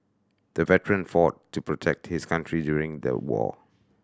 the veteran fought to protect his country during the war